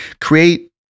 create